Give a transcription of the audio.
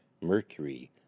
mercury